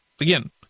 Again